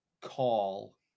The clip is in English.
call